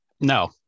No